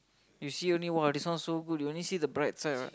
you see only !wah! this one so good you only see the bright side [what]